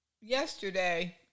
yesterday